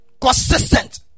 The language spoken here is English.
consistent